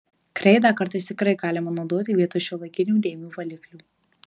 kreidą kartais tikrai galima naudoti vietoj šiuolaikinių dėmių valiklių